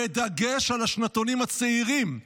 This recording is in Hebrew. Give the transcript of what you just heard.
בדגש על השנתונים הצעירים,